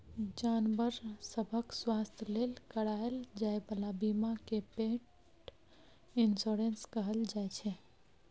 जानबर सभक स्वास्थ्य लेल कराएल जाइ बला बीमा केँ पेट इन्स्योरेन्स कहल जाइ छै